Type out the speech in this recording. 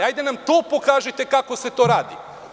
Hajde nam pokažite kako se to radi.